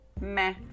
Meh